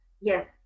Yes